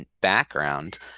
background